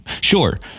Sure